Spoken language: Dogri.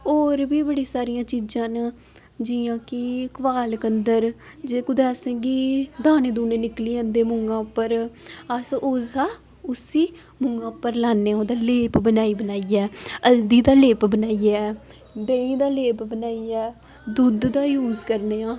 होर बी बड़ी सारियां चीजां न जियां कि कोआलगदंल जे कुतै असेंगी दाने दुने निकली जंदे मूहां उप्पर अस उसदा उसी मूहां उप्पर लान्ने ओहदा लेप बनाई बनाइयै हल्दी दा लेप बनाइयै देहीं दा लेप बनाइयै दुद्ध दा यूज करने आं